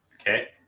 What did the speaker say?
okay